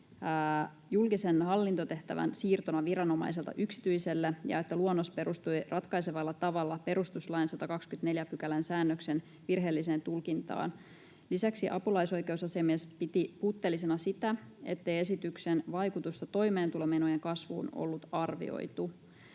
julkisen hallintotehtävän siirtona viranomaiselta yksityiselle ja että luonnos perustui ratkaisevalla tavalla perustuslain 124 §:n säännöksen virheelliseen tulkintaan. Lisäksi apulaisoikeusasiamies piti puutteellisena sitä, ettei esityksen vaikutusta toimeentulotukimenojen kasvuun ollut arvioitu.